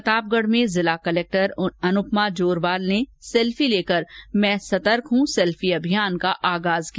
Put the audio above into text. प्रतापगढ में जिला कलेक्टर अनुपमा जोरवाल ने सेल्फी लेकर मैं सतर्क हूं सेल्फी अभियान का आगाज किया